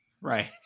Right